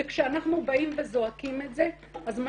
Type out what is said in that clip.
וכשאנחנו באים וזועקים את זה אז מה